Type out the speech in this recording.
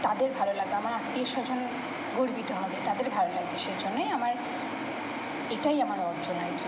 তাদের ভালো লাগবে আমার আত্মীয় স্বজন গর্বিত হবে তাদের ভালো লাগবে সেই জন্যই আমার এটাই আমার অর্জন আর কি